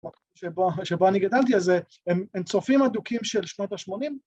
‫שבה אני גדלתי, ‫אז הם צופים אדוקים של שנת ה-80.